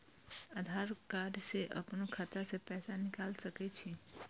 आधार कार्ड से अपनो खाता से पैसा निकाल सके छी?